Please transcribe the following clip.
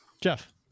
jeff